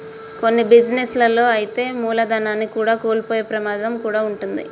కొన్ని బిజినెస్ లలో అయితే మూలధనాన్ని కూడా కోల్పోయే ప్రమాదం కూడా వుంటది